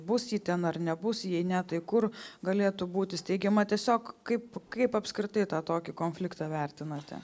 bus ji ten ar nebus jei ne tai kur galėtų būti steigiama tiesiog kaip kaip apskritai tą tokį konfliktą vertinate